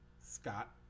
Scott